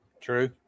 True